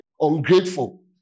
ungrateful